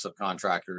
subcontractors